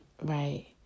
right